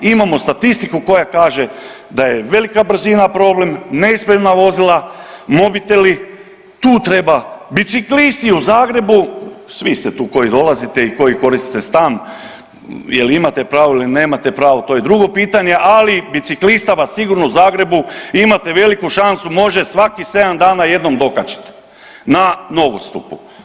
Imamo statistiku koja kaže da je velika brzina problem, neispravna vozila, mobiteli, tu treba, biciklisti u Zagrebu, svi ste tu koji dolazite i koji koristite stan, je li imate pravo ili nemate pravo, to je drugo pitanje, ali biciklista vas sigurno u Zagrebu imate veliku šansu, može svakih 7 dana jednom dokačiti na nogostupu.